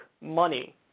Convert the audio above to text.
money